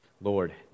Lord